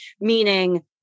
meaning